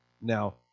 Now